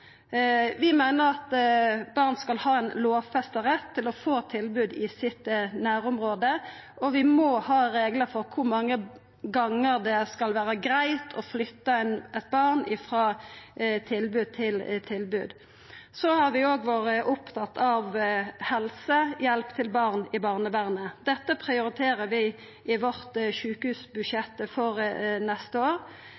Vi meiner at barn skal ha ein lovfesta rett til å få tilbod i nærområdet sitt, og vi må ha reglar for kor mange gonger det skal vera greitt å flytta eit barn frå tilbod til tilbod. Vi har òg vore opptatt av helsehjelp til barn i barnevernet. Dette prioriterer vi i vårt